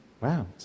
Wow